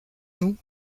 nous